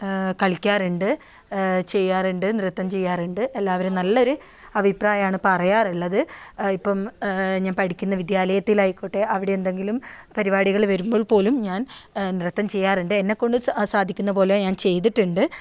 കളിക്കാറുണ്ട് ചെയ്യാറുണ്ട് നൃത്തം ചെയ്യാറുണ്ട് എല്ലാവരും നല്ലൊരു അഭിപ്രായമാണ് പറയാറുള്ളത് ഇപ്പം ഞാൻ പഠിക്കുന്ന വിദ്യാലയത്തിൽ ആയിക്കോട്ടെ അവിടെ എന്തെങ്കിലും പരിപാടികൾ വരുമ്പോൾ പോലും ഞാൻ നൃത്തം ചെയ്യാറുണ്ട് എന്നെക്കൊണ്ട് സാധിക്കുന്ന പോലെ ഞാൻ ചെയ്തിട്ടുണ്ട്